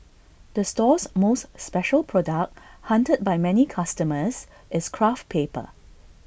the store's most special product hunted by many customers is craft paper